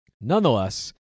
Nonetheless